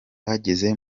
bageze